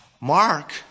Mark